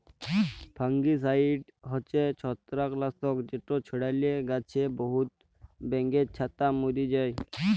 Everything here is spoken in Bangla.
ফাঙ্গিসাইড হছে ছত্রাক লাসক যেট ছড়ালে গাহাছে বহুত ব্যাঙের ছাতা ম্যরে যায়